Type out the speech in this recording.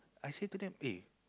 I say to them eh